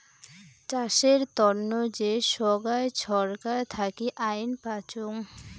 চাষের তন্ন যে সোগায় ছরকার থাকি আইন পাইচুঙ